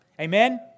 Amen